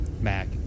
Mac